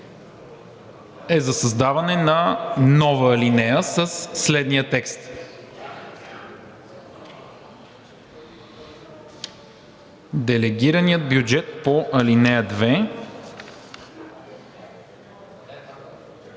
е за създаване на нова алинея със следния текст: „Делегираният бюджет по ал.